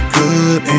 good